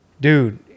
Dude